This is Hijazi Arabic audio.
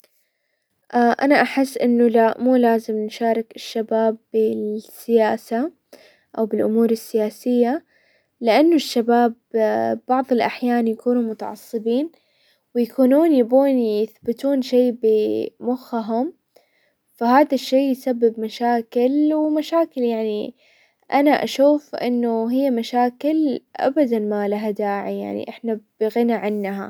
انا احس انه لا مو لازم نشارك الشباب بالسياسة او بالامور السياسية، لانه الشباب بعظ الاحيان يكونوا ،متعصبين ويكونون يبون يثبتون شي بمخه فهذا الشي يسبب مشاكل ومشاكل يعني انا اشوف انه هي مشاكل ابدا ما لها داعي يعني احنا بغنى عنها.